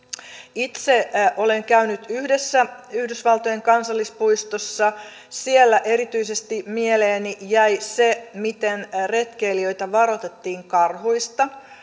itse olen käynyt yhdessä yhdysvaltojen kansallispuistossa siellä erityisesti mieleeni jäi se miten retkeilijöitä varoitettiin karhuista